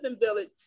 village